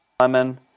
Simon